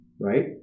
right